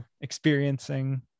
experiencing